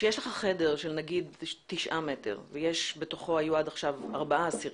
כשיש לך חדר של תשעה מטר ובו היו עד עכשיו ארבעה אסירים,